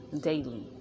daily